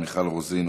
מיכל רוזין,